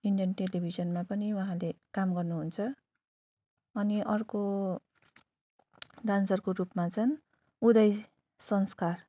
Indian टेलिभिजनमा पनि उहाँले काम गर्नुहुन्छ अनि अर्को डान्सरको रूपमा चाहिँ उदय संस्कार